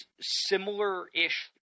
similar-ish